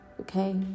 okay